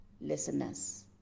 listeners